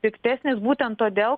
piktesnis būtent todėl